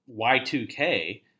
Y2K